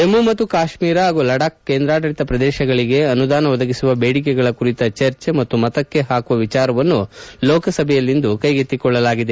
ಜಮ್ನು ಮತ್ತು ಕಾಶ್ವೀರ ಹಾಗೂ ಲಢಾಬ್ ಕೇಂದ್ರಾಡಳಿತ ಪ್ರದೇಶಗಳಿಗೆ ಅನುದಾನ ಒದಗಿಸುವ ಬೇಡಿಕೆಗಳ ಕುರಿತ ಚರ್ಚೆ ಮತ್ತು ಮತಕ್ಕೆ ಹಾಕುವ ವಿಚಾರವನ್ನು ಲೋಕಸಭೆಯಲ್ಲಿಂದು ಕೈಗೆತ್ತಿಕೊಳ್ಳಲಾಗಿದೆ